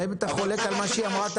אם אתה חולק על מה שהיא אמרה,